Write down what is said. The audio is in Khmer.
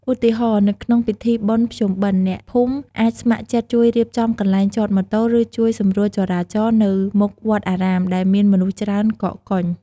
ឧទាហរណ៍ នៅក្នុងពិធីបុណ្យភ្ជុំបិណ្ឌ អ្នកភូមិអាចស្ម័គ្រចិត្តជួយរៀបចំកន្លែងចតម៉ូតូ ឬជួយសម្រួលចរាចរណ៍នៅមុខវត្តអារាមដែលមានមនុស្សច្រើនកកកុញ។